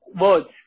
words